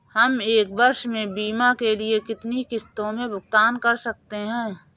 हम एक वर्ष में बीमा के लिए कितनी किश्तों में भुगतान कर सकते हैं?